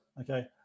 okay